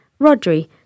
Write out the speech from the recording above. Rodri